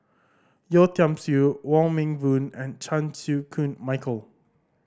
Yeo Tiam Siew Wong Meng Voon and Chan Chew Koon Michael